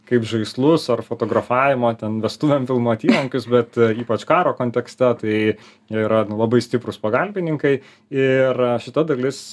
kaip žaislus ar fotografavimo ten vestuvėm filmuot įrankius bet ypač karo kontekste tai yra labai stiprūs pagalbininkai ir šita dalis